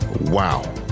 Wow